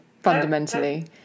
fundamentally